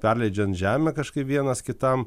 perleidžiant žemę kažkaip vienas kitam